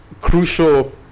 crucial